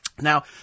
Now